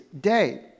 day